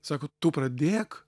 sako tu pradėk